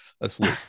asleep